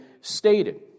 stated